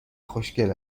خوشگل